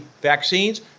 vaccines